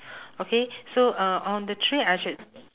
okay so uh on the tree I should